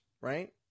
right